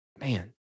man